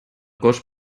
cos